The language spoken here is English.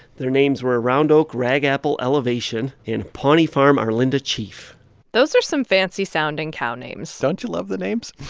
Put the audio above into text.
their names were round oak rag apple elevation and pawnee farm arlinda chief those are some fancy-sounding cow names don't you love the names?